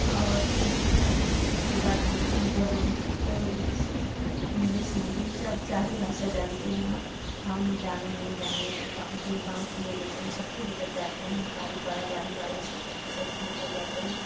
और फिर उसके बाद जब और उस इंग्लिस हिंदी सब सारी भाषा जानते हैं हम जाने नहीं जाने जो गांव के लोग होते हैं सबको ले कर जाते हैं पारी पारा बारी बारा से करक सबको लेकर जाते हैं